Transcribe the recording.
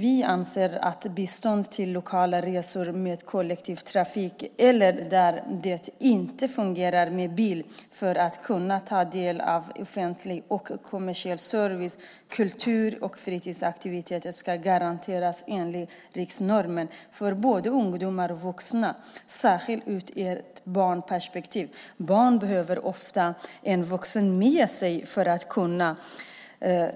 Vi anser att bistånd till lokala resor med kollektivtrafik eller, där det inte fungerar, med bil för att kunna ta del av offentlig och kommersiell service, kultur och fritidsaktiviteter ska garanteras enligt riksnormen för både ungdomar och vuxna. Särskilt viktigt är det ur ett barnperspektiv. Barn behöver ofta en vuxen med sig för att kunna